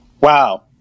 wow